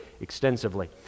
extensively